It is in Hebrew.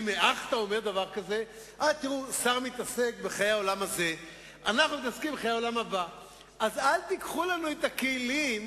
אני נותן לך עוד חצי דקה,